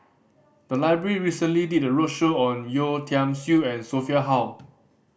the library recently did a roadshow on Yeo Tiam Siew and Sophia Hull